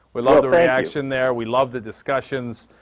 we love the reaction there. we love the discussions.